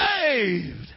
saved